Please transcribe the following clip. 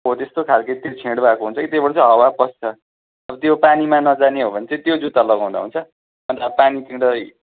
हो त्यस्तो खालके त्यो छेँड भएको हुन्छ कि त्यहाँबाट चाहिँ हावा पस्छ त्यो पानीमा नजाने हो भने चाहिँ त्यो जुत्ता लगाउँदा हुन्छ अन्त पानीतिर